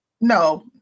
no